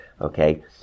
Okay